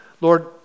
Lord